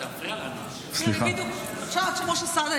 חמש דקות,